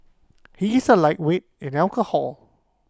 he is A lightweight in alcohol